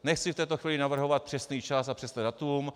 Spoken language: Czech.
Nechci v této chvíli navrhovat přesný čas a přesné datum.